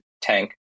Tank